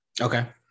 Okay